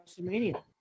WrestleMania